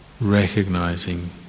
recognizing